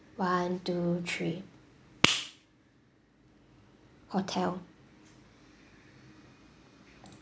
one two three hotel